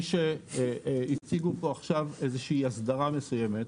הציגו עכשיו הסדרה מסוימת,